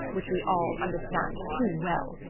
which we all understand too well.